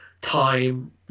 time